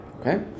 Okay